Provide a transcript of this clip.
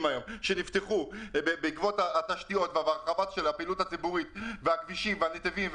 שנפתחו בתשתיות ובהרחבת הפעילות הציבורית בכבישים ובנתיבים,